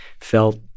felt